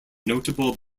notable